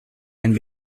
and